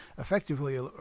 effectively